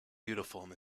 uniform